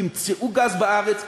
ימצאו גז בארץ,